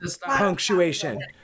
Punctuation